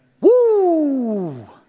Woo